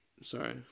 sorry